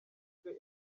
icyo